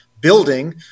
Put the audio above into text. building